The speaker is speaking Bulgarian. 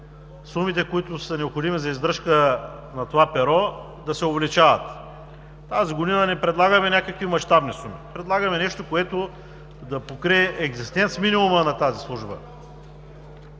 сумите, които са необходими за издръжка на това перо, да се увеличават. Тази година не предлагаме някакви мащабни суми. Предлагаме нещо, което да покрие екзистенц-минимума на тази служба.